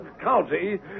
County